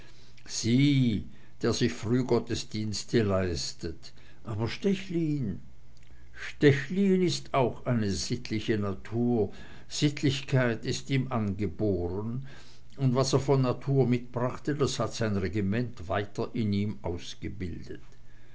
der sich frühgottesdienste leistet aber stechlin stechlin ist auch eine sittliche natur sittlichkeit ist ihm angeboren und was er von natur mitbrachte das hat sein regiment weiter in ihm ausgebildet